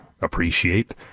Appreciate